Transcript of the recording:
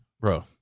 Bro